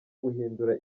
guhindura